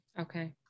Okay